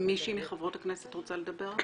מישהי מחברות הכנסת רוצה לדבר?